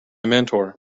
mentor